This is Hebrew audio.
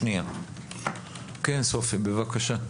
סופיה, בבקשה.